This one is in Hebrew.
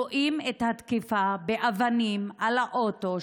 רואים את התקיפה באבנים על האוטו,